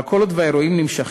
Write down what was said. אבל כל עוד האירועים נמשכים,